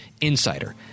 insider